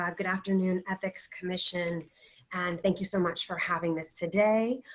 um good afternoon ethics commission and thank you so much for having this today.